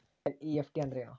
NEFT ಅಂದ್ರೆನು?